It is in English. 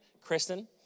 Kristen